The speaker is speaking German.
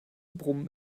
brummen